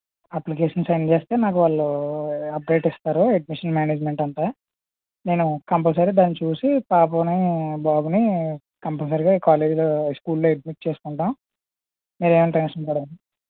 application send చేస్తే నాకు వాళ్ళు అప్డేట్ ఇస్తారు అడ్మిషన్ మేనేజ్మెంట్ అంతా నేను కంపల్సరీ దాన్ని చూసి పాపని బాబుని కంపల్సరిగా ఈ కాలేజీలో ఈ స్కూల్లో అడ్మిట్ చేసుకుంటాం మీరేం టెన్షన్ పడవద్దు